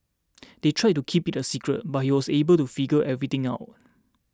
they tried to keep it a secret but he was able to figure everything out